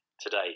today